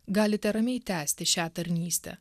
galite ramiai tęsti šią tarnystę